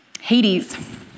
Hades